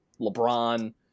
LeBron